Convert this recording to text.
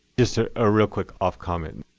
just ah ah real quick off comment.